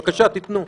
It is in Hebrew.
בבקשה, תיתנו.